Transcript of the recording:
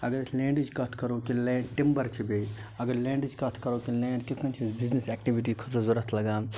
اگر أسۍ لینڈٕچ کَتھ کَرو کہِ لینٛڈ ٹِمبَر چھِ بیٚیہِ اگر لینڈٕچ کَتھ کَرو کہِ لینڈ کِتھ کَنۍ چھِ أسۍ بِزنِس اٮ۪کٹِوِٹی خٲطرٕ ضوٚرتھ لَگان